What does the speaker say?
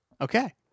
Okay